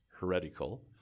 heretical